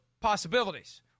possibilities